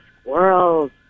squirrels